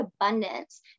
abundance